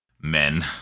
Men